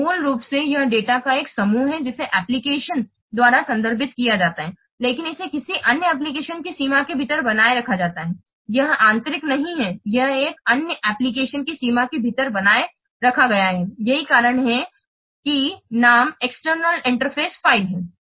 तो मूल रूप से यह डेटा का एक समूह है जिसे एप्लिकेशन द्वारा संदर्भित किया जाता है लेकिन इसे किसी अन्य एप्लिकेशन की सीमा के भीतर बनाए रखा जाता है यह आंतरिक नहीं है यह एक अन्य एप्लिकेशन की सीमा के भीतर बनाए रखा गया है यही कारण है कि नाम एक्सटर्नल इंटरफ़ेस फ़ाइल है